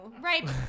Right